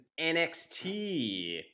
NXT